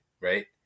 right